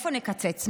מאיפה נקצץ,